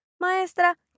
maestra